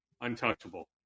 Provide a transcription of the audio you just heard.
untouchable